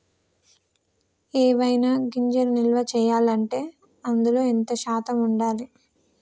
ఏవైనా గింజలు నిల్వ చేయాలంటే అందులో ఎంత శాతం ఉండాలి?